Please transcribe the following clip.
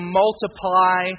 multiply